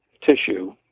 tissue